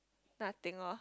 nothing oh